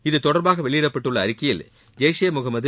இத்தொடர்பாக வெளியிடப்பட்டுள்ள அறிக்கையில் ஜெய்ஷே முஹமது